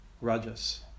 Rajas